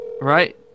Right